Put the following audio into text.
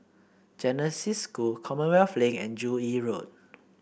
Genesis School Commonwealth Link and Joo Yee Road